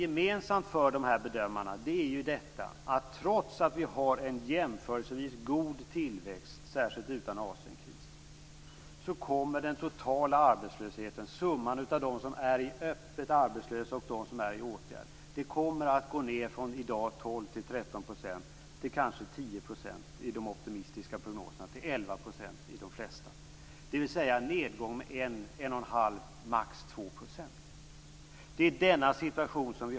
Gemensamt för dessa bedömare är dock att trots att vi har en jämförelsevis god tillväxt, särskilt utan Asienkrisen, kommer den totala arbetslösheten, summan av dem som är öppet arbetslösa och dem som är i åtgärd, att gå ned från i dag 12, 13 % till kanske 10 % i de optimistiska prognoserna och till 11 % i de flesta prognoser, dvs. en nedgång med 1-11⁄2, max 2 %.